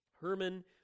Herman